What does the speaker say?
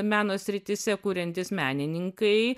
meno srityse kuriantys menininkai